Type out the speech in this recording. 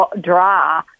draw